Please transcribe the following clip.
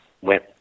went